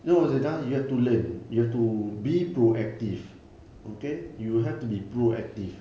no zina you have to learn you have to be proactive okay you will have to be proactive